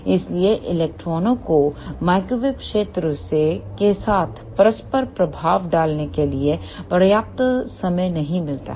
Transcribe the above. इसलिए इलेक्ट्रॉनों को माइक्रोवेव क्षेत्रों के साथ परस्पर प्रभाव डालने के लिए पर्याप्त समय नहीं मिलता है